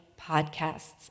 podcasts